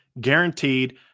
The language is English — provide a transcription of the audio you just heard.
guaranteed